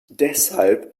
deshalb